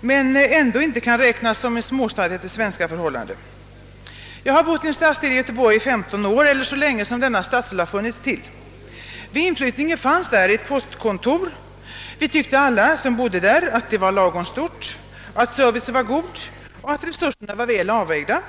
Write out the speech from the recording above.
men som ändå inte kan räknas som småstad efter svenska förhållanden. Jag har där bott i samma stadsdel i femton år, d.v.s. så länge som denna stadsdel funnits till. Vid inflyttningen fanns i området ett postkontor. Vi tyckte alla att detta kontor var lagom stort, att servicen var god och resurserna väl avvägda.